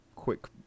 Quick